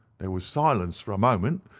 there was silence for a moment,